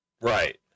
right